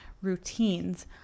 routines